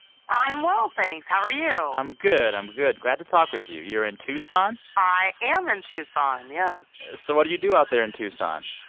i'm well, thanks. how are you? i'm good. i'm good. glad to talk with you. you're in tucson i am in tucson, yes yeah so what do you do out there in tucson?